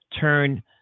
turn